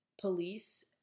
police